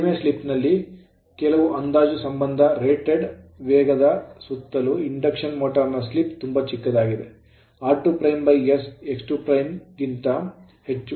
ಕಡಿಮೆ slip slip ನಲ್ಲಿ ಕೆಲವು ಅಂದಾಜು ಸಂಬಂಧ ರೇಟೆಡ್ ಪೂರ್ಣ ಲೋಡ್ ವೇಗದ ಸುತ್ತಲೂ ಇಂಡಕ್ಷನ್ ಮೋಟರ್ ನ slip ಸ್ಲಿಪ್ ತುಂಬಾ ಚಿಕ್ಕದಾಗಿದೆ r2s x2 ಗಿಂತ ಹೆಚ್ಚು